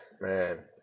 Man